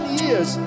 years